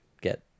get